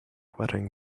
watering